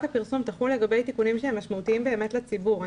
הפרסום תחול לגבי תיקונים שהם משמעותיים באמת לציבור.